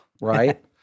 right